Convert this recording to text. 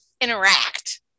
interact